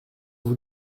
vous